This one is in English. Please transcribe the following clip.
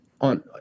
on